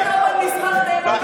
אתה גם כן תיהנה.